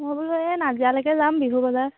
মই বোলো এই নাজিৰালৈকে যাম বিহু বজাৰ